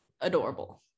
Adorable